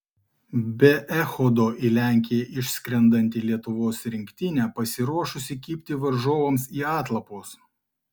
be echodo į lenkiją išskrendanti lietuvos rinktinė pasiruošusi kibti varžovams į atlapus